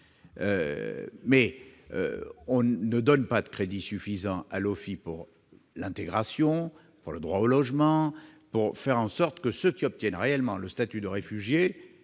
! On n'octroie pas de crédits suffisants à l'OFII pour l'intégration, pour le droit au logement, ou surtout pour faire en sorte que ceux qui obtiennent réellement le statut de réfugié